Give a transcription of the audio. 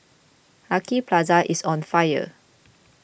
Lucky Plaza is on fire